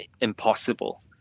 impossible